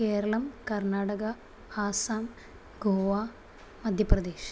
Keralam Karnataka Assam Goa Madhya Pradesh